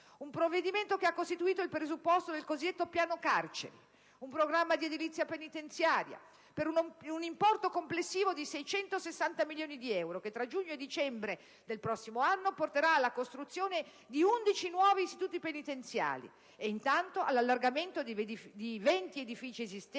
Un provvedimento che ha costituito il presupposto del cosiddetto piano carceri, un programma di edilizia penitenziaria per un importo complessivo di 660 milioni di euro, che tra giugno e dicembre del prossimo anno porterà alla costruzione di 11 nuovi istituti penitenziari ed intanto all'allargamento di 20 edifici esistenti,